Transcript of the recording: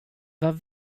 vad